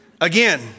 Again